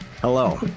Hello